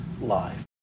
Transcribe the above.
life